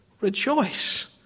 Rejoice